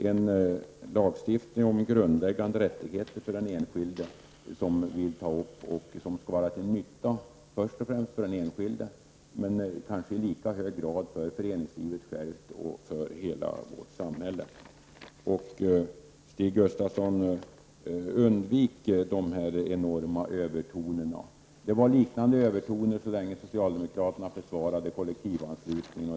En lag om grundläggande rättigheter för den enskilde skall vara till nytta främst för den enskilde men i lika hög grad för föreningslivet och för hela vårt samhälle. Stig Gustafsson, undvik dessa enorma övertoner. Det var liknande övertoner så länge socialdemokraterna försvarade kollektivanslutningen.